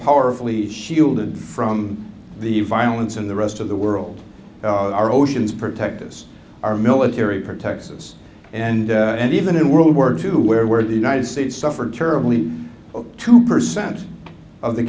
powerfully shielded from the violence in the rest of the world our oceans protect us our military protects us and and even in world war two where where the united states suffered terribly two percent of the